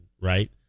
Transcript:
right